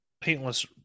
paintless